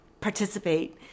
participate